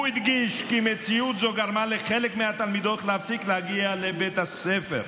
הוא הדגיש כי מציאות זו גרמה לחלק מהתלמידות להפסיק להגיע לבית הספר,